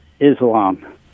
islam